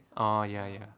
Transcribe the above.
ah ya ya